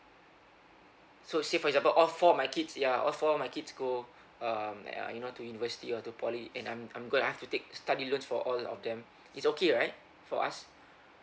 so say for example all four of my kids ya all four of my kids go um uh you know to university or to poly and I'm I'm gonna have to take study loans for all of them it's okay right for us